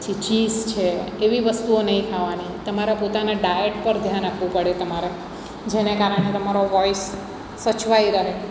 પછી ચીઝ છે એવી વસ્તુઓ નહીં ખાવાની તમારા પોતાનાં ડાયટ પર ધ્યાન આપવું પડે તમારે જેને કારણે તમારો વોઇસ સચવાઈ રહે